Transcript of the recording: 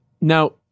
Now